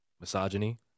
misogyny